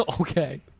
Okay